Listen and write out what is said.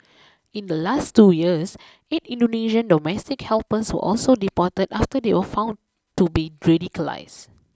in the last two years eight Indonesian domestic helpers were also deported after they were found to be radicalised